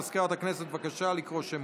מזכירת הכנסת, בבקשה לקרוא שמות.